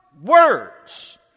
words